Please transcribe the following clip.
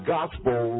Gospel